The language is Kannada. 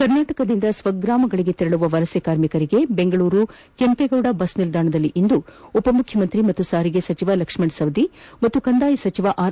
ಕರ್ನಾಟಕದಿಂದ ಸ್ತಗ್ರಾಮಗಳಿಗೆ ತೆರಳುವ ವಲಸೆ ಕಾರ್ಮಿಕರಿಗೆ ಬೆಂಗಳೂರಿನ ಕೆಂಪೇಗೌಡ ಬಸ್ ನಿಲ್ದಾಣದಲ್ಲಿಂದು ಉಪಮುಖ್ಯಮಂತ್ರಿ ಮತ್ತು ಸಾರಿಗೆ ಸಚಿವ ಲಕ್ಷ್ಣ ಸವದಿ ಹಾಗೂ ಕಂದಾಯ ಸಚಿವ ಆರ್